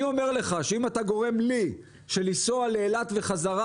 אני אומר לך שאם אתה גורם לכך שלנסוע לאילת וחזרה,